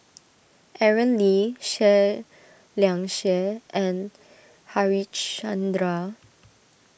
Aaron Lee Seah Liang Seah and Harichandra